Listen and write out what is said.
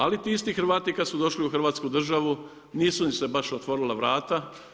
Ali ti isti Hrvati kada su došli u Hrvatsku državu nisu im se baš otvorila vrata.